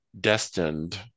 destined